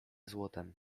złotem